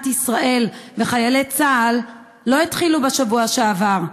ישראל וחיילי צה"ל לא התחילו בשבוע שעבר.